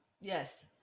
yes